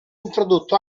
introdotto